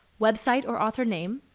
website or author name,